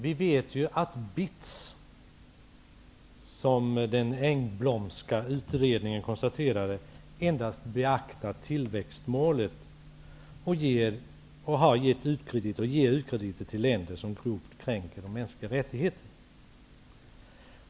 Vi vet ju att BITS, som den Engblomska utredningen konstaterade, endast beaktar tillväxtmålet och har gett, och ger, u-krediter till länder som grovt kränker de mänskliga rättigheterna.